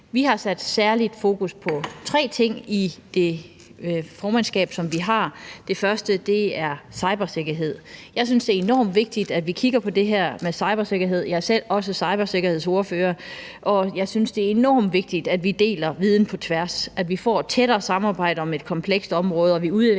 Vi har sat særlig fokus på tre ting i vores formandskab. Det første er cybersikkerhed. Jeg synes, det er enormt vigtigt, at vi kigger på det her med cybersikkerhed – jeg er selv cybersikkerhedsordfører, og jeg synes, det er enormt vigtigt, at vi deler viden på tværs af landene, at vi får et tættere samarbejde om et komplekst område,